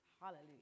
Hallelujah